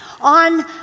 on